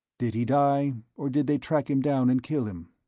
did he die or did they track him down and kill him?